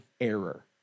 error